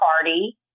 party